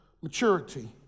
maturity